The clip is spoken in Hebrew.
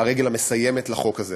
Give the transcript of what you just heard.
את "הרגל המסיימת" לחוק הזה.